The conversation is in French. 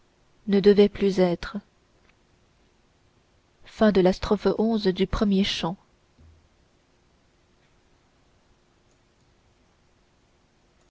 ne devait plus être